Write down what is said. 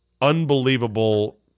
unbelievable